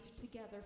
together